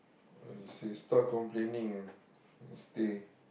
uh you should stop start complaining and stay